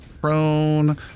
Prone